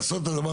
למקצוע שלו.